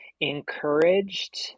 encouraged